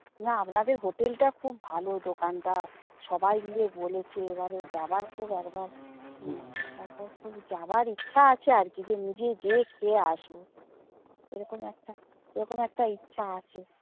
না আপনাদের হোটেলটা খুব ভালো দোকানটা সবাই মিলে বলেছে এবারে যাওয়ার খুব একবার হুম একবার খুব যাওয়ার ইচ্ছা আছে আর কি যে নিজে গিয়ে খেয়ে আসব এরকম একটা এরকম একটা ইচ্ছা আছে